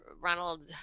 Ronald